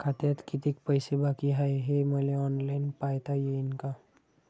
खात्यात कितीक पैसे बाकी हाय हे मले ऑनलाईन पायता येईन का?